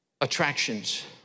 attractions